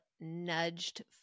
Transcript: nudged